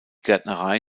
gärtnerei